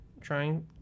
trying